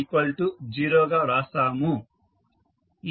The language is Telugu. a1sa00గా వ్రాస్తాము